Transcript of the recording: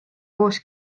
koos